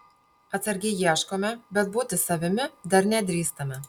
atsargiai ieškome bet būti savimi dar nedrįstame